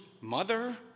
mother